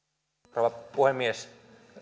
rouva puhemies